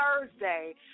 Thursday